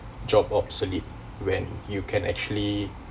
job obsolete when you can actually